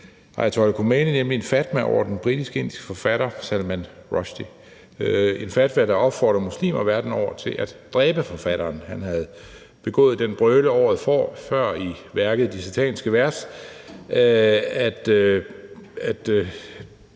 ayatollah Khomeini nemlig en fatwa over den britisk-indiske forfatter Salman Rushdie, en fatwa, der opfordrede muslimer verden over til at dræbe forfatteren. Han havde begået den brøde året før i værket »De sataniske vers«